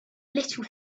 little